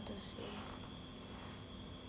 very lost in life lor